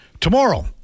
Tomorrow